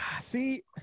See